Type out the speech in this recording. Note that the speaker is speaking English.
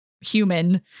human